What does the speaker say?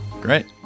Great